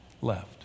left